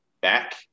back